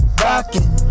rockin